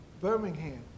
Birmingham